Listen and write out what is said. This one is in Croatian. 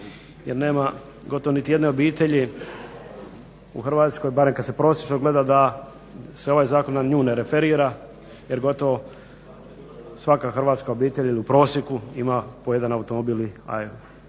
jer nema gotovo ni jedne obitelji u Hrvatskoj barem kad se prosječno gleda da se ovaj zakon na nju ne referira jer gotovo svaka hrvatska obitelj ili u prosjeku ima po jedan automobil